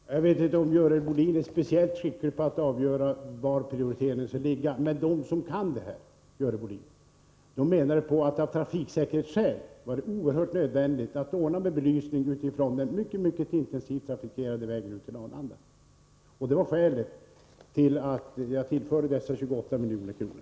Fru talman! Jag vet inte om Görel Bohlin är speciellt skicklig på att avgöra var prioriteringen skall ske. Men de som kan det här, Görel Bohlin, menade att det av trafiksäkerhetsskäl var oerhört nödvändigt att ordna med belysning utefter den mycket intensivt trafikerade vägen till Arlanda. Detta var skälet till att jag tillförde dessa 28 milj.kr.